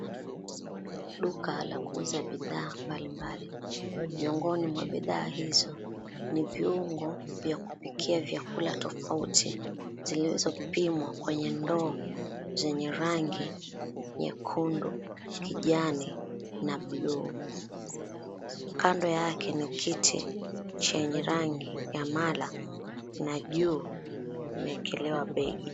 Duka la kuuza bidhaa mbalimbali. Miongoni mwa bidhaa hizo ni viungo vya kupikia vyakula tofauti ziliweza kupimwa kwenye ndoo zenye rangi nyekundu, kijani na buluu. Kando yake ni kiti chenye rangi ya mala na juu imeekelewa begi.